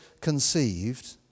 conceived